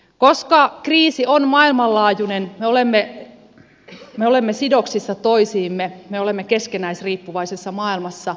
koska kriisi on maailmanlaajuinen me olemme sidoksissa toisiimme me olemme keskinäisriippuvaisessa maailmassa